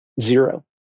zero